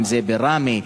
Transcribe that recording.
אם בראמה,